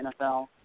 NFL